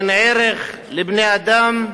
אין ערך לבני-אדם,